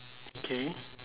okay